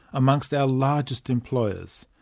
among so our largest employers.